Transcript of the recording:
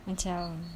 macam